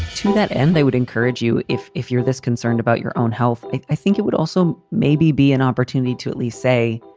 to that end, they would encourage you if if you're this concerned about your own health, i think it would also maybe be an opportunity to at least say,